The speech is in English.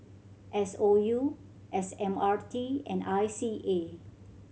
S O U S M R T and I C A